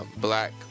black